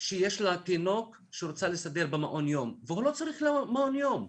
שיש לה תינוק שהיא רוצה לשים במעון יום הוא לא צריך מעון יום,